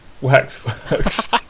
waxworks